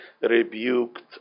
rebuked